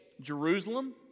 Jerusalem